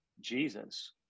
Jesus